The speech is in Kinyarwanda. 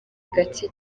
gake